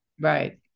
Right